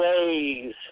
ways